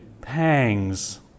pangs